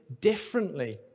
differently